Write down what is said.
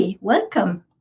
welcome